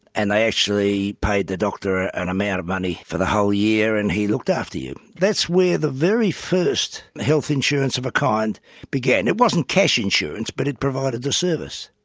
and they actually paid the doctor an amount of money for the whole year, and he looked after you. that's where the very first health insurance of a kind began. it wasn't cash insurance, but it provided a service.